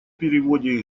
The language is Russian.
переводе